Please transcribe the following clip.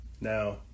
Now